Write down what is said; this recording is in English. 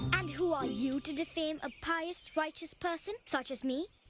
and, who are you to defame a pious, righteous person such as me?